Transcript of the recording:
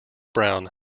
brown